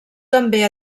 també